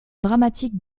dramatique